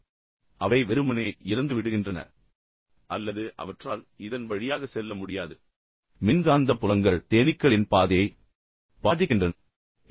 எனவே அவை வெறுமனே இறந்துவிடுகின்றன அல்லது அவற்றால் இதன் வழியாக செல்ல முடியாது மின்காந்த புலங்கள் தேனீக்களின் பாதையை பாதிக்கின்றன